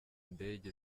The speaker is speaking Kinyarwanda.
ndege